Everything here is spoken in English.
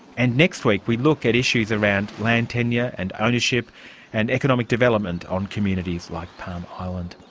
and next week we look at issues around land tenure and ownership and economic development on communities like palm island.